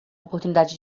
oportunidade